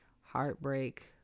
heartbreak